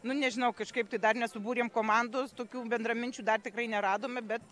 nu nežinau kažkaip tai dar nesubūrėm komandos tokių bendraminčių dar tikrai neradome bet